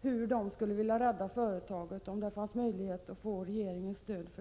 hur man skulle kunna rädda företaget och om det fanns möjlighet att få regeringens stöd.